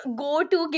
go-to